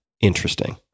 interesting